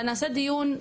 אלא נעשה דיון.